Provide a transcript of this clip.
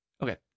Okay